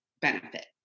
benefit